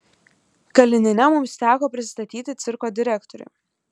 kalinine mums teko prisistatyti cirko direktoriui